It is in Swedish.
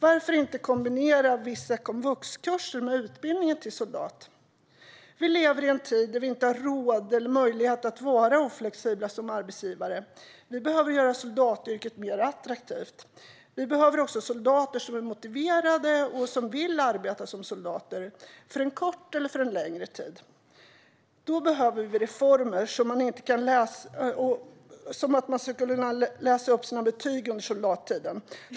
Varför inte kombinera vissa komvuxkurser med utbildningen till soldat? Vi lever i en tid då vi måste vara flexibla som arbetsgivare. Vi behöver göra soldatyrket mer attraktivt. Vi behöver också soldater som är motiverade och som vill arbeta som soldater under kort eller lång tid. Då behöver vi reformer som möjliggör att man kan läsa upp sina betyg under soldattiden.